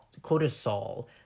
cortisol